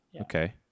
Okay